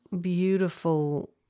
beautiful